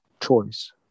choice